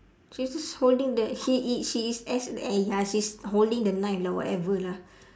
she's just holding the he is she is as eh ya she's holding the knife lah whatever lah